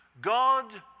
God